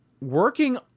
working